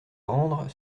rendre